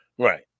Right